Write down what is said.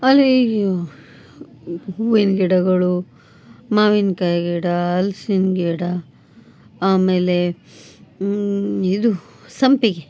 ಅಲ್ಲಿ ಹೂವಿನ ಗಿಡಗಳು ಮಾವಿನ್ಕಾಯಿ ಗಿಡ ಹಲ್ಸಿನ್ ಗಿಡ ಆಮೇಲೆ ಇದು ಸಂಪಿಗೆ